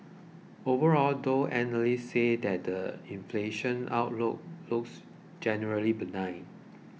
overall though analysts said the inflation outlook looks generally benign